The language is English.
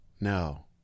No